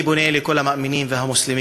אני פונה לכל המאמינים והמוסלמים: